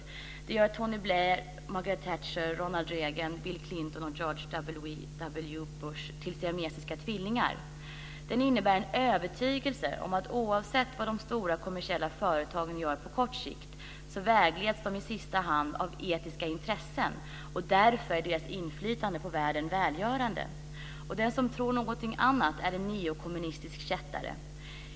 Den gör Tony Blair, Margaret Thatcher, Ronald Reagan, Bill Clinton och George W Bush till siamesiska tvillingar. Den innebär en övertygelse om att oavsett vad de stora kommersiella företagen gör på kort sikt så vägleds de i sista hand av etiska intressen och därför är deras inflytande på världen välgörande. Och den som tror något annat är en neokommunistisk kättare.